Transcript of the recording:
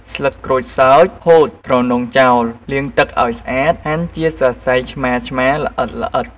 ស្លឹកក្រូចសើច ហូតទ្រនុងចោល លាងទឹកឲ្យស្អាត ហាន់ជាសរសៃឆ្មារៗល្អិតៗ។